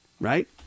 right